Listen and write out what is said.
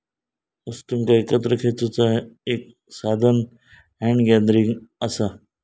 वस्तुंका एकत्र खेचुचा एक साधान हॅन्ड गॅदरिंग असा